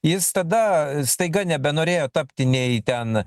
jis tada staiga nebenorėjo tapti nei ten